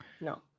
No